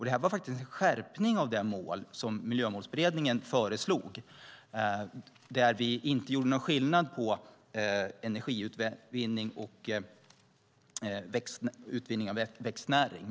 Det var en skärpning av det mål som Miljömålsberedningen föreslog som inte gjorde någon skillnad på energiutvinning och utvinning av växtnäring.